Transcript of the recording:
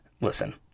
listen